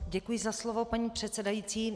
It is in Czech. Děkuji za slovo, paní předsedající.